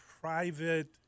private